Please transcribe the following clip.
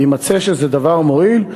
ויימצא שזה דבר מועיל,